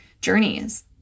journeys